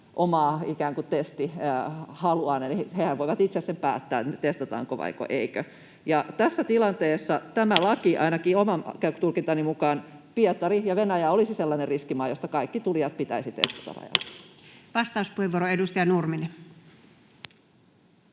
omaa ikään kuin testihaluaan, eli hehän voivat itse sen päättää, testataanko vaiko ei. Tässä tilanteessa tämä laki... Ainakin oman tulkintani mukaan Venäjä olisi sellainen riskimaa, josta kaikki tulijat pitäisi testata rajalla. [Ilmari Nurminen